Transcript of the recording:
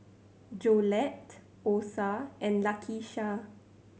Jolette Osa and Lakisha